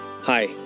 Hi